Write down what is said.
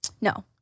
No